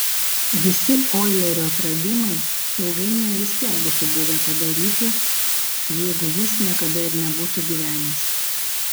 visi oilerio atradimai ilgainiui vis tiek būtų buvę padaryti jeigu jis niekada ir nebūtų gyvenęs